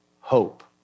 hope